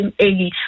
early